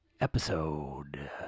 episode